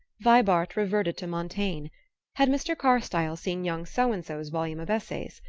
vibart reverted to montaigne had mr. carstyle seen young so-and-so's volume of essays?